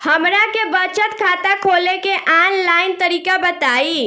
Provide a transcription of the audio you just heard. हमरा के बचत खाता खोले के आन लाइन तरीका बताईं?